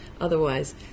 Otherwise